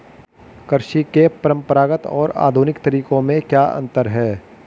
कृषि के परंपरागत और आधुनिक तरीकों में क्या अंतर है?